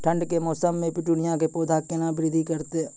ठंड के मौसम मे पिटूनिया के पौधा केना बृद्धि करतै?